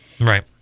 Right